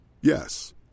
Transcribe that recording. Yes